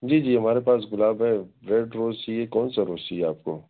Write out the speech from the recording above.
جی جی ہمارے پاس گلاب ہے ریڈ روز چاہیے کون سا روز چاہیے آپ کو